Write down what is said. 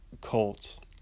cult